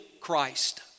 Christ